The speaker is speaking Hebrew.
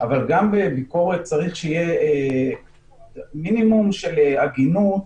אבל גם בביקורת צריך שיהיה מינימום של הגינות